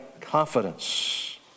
confidence